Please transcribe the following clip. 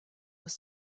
was